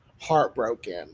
heartbroken